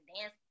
dance